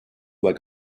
like